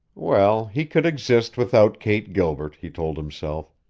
well, he could exist without kate gilbert, he told himself,